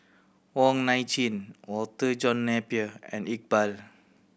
Wong Nai Chin Walter John Napier and Iqbal